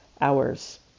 hours